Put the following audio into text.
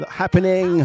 happening